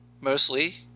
mostly